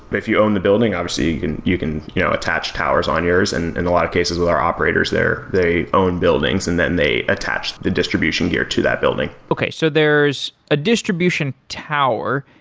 but if you own the building, obviously you can you can you know attach towers on yours. and in a lot of cases with our operators there, they own buildings and then they attach the distribution gear to that building okay. so there's a distribution tower.